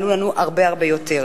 יעלו לנו הרבה יותר.